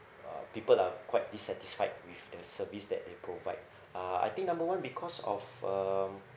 uh people are quite dissatisfied with and services that they provide uh I think number one because of um